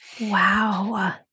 Wow